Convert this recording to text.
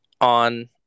on